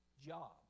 job